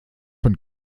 von